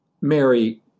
Mary